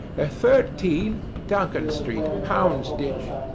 ah thirteen, duncan street, houndsditch.